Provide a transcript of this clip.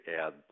add